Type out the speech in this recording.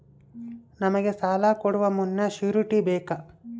ನಮಗೆ ಸಾಲ ಕೊಡುವ ಮುನ್ನ ಶ್ಯೂರುಟಿ ಬೇಕಾ?